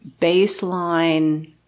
baseline